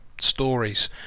stories